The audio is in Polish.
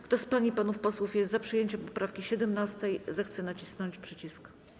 Kto z pań i panów posłów jest za przyjęciem poprawki 17., zechce nacisnąć przycisk.